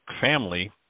family